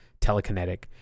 telekinetic